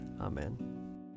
Amen